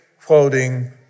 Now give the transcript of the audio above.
quoting